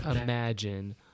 imagine